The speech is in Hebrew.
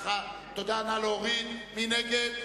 מי נגד,